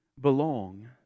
belong